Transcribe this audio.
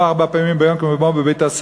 לא ארבע פעמים ביום כי מדובר בבית-הסוהר,